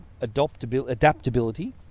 adaptability